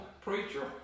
preacher